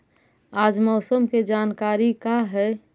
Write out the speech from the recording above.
आज मौसम के जानकारी का हई?